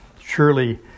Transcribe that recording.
surely